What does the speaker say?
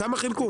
כמה חילקו?